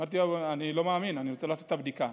אמרתי: אני לא מאמין, אני רוצה לעשות את הבדיקה.